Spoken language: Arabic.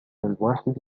الواحد